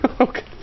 okay